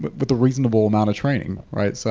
but but the reasonable amount of training, right? so